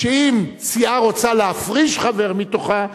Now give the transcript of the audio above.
שאם סיעה רוצה להפריש חבר מתוכה,